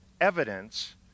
evidence